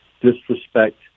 disrespect